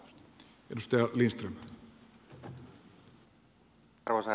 arvoisa herra puhemies